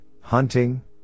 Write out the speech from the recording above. hunting